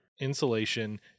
insulation